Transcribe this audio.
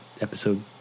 episode